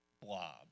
blob